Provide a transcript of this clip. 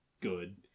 good